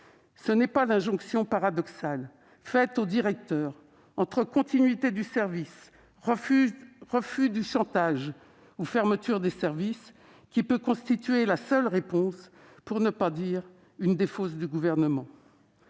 Les injonctions paradoxales faites aux directeurs- continuité du service, refus du chantage ou fermeture des services -ne sauraient constituer la seule réponse, pour ne pas dire la défausse du Gouvernement.